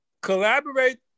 collaborate